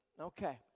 Okay